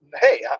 hey